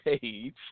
page